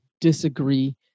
disagree